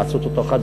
לעשות אותו חד-שנתי.